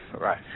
right